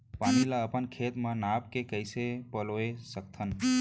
पानी ला अपन खेत म नाप के कइसे पलोय सकथन?